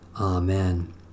Amen